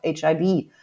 HIV